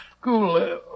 school